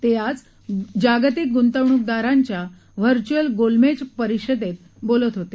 ते आज जागतिक गुंतणूकदारांच्या व्हर्वूअल गोलमेज परिषदेत बोलत होते